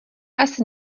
asi